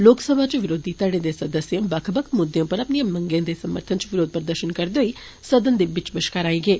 लोकसभा च बरोधी धड़ें दे सदस्ये बक्ख बक्ख मुद्दे उप्पर अपनिएं मंगें समर्थन च बरोध प्रदर्षन करदे होई सदन दे बिच्च बष्कार आई गे